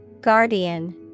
Guardian